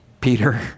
Peter